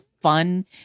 fun